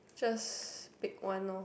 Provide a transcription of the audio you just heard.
just pick one loh